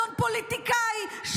אדון פוליטיקאי,